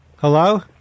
Hello